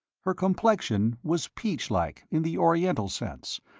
her complexion was peach-like in the oriental sense,